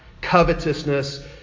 Covetousness